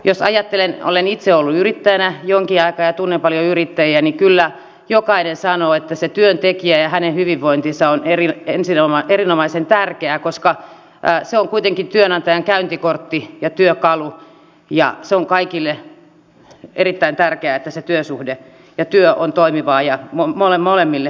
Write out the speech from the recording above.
jos ajattelen kun olen itse ollut yrittäjänä jonkin aikaa ja tunnen paljon yrittäjiä niin kyllä jokainen sanoo että se työntekijä ja hänen hyvinvointinsa on erinomaisen tärkeää koska se on kuitenkin työnantajan käyntikortti ja työkalu ja se on kaikille erittäin tärkeää että se työsuhde ja työ on toimiva ja molemmille hyvä